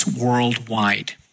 worldwide